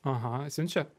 aha siunčia